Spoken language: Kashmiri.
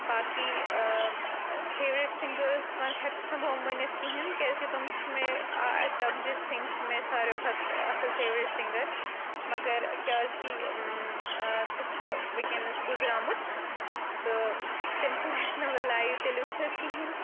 باقی فیورِٹ سِنٛگٲرٕس مَنٛز ہیٚکَکھ نہٕ بہٕ یِم ؤنِتھ کِہیٖنۍ کیٛازِ کہِ تِم چھِ مےٚ جگجیٖت سِنٛگھ چھ مےٚ ساروے کھۄتہٕ اَصٕل فیورِٹ سِنٛگَر مگر کیٛازِ کہِ سُہ چھُ وٕنکیٚنَس گُزریومُت تہٕ تٔمۍ سُنٛد ہیٚکہِ نہٕ لایِو تیٚلہِ وٕچھِتھ کِہیٖنۍ